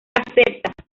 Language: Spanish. acepta